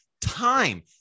time